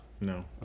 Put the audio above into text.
No